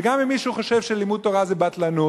וגם אם מישהו חושב שלימוד תורה זה בטלנות.